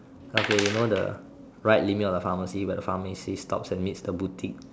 okay you know the right limit of the pharmacy where the pharmacy stops and meets the boutique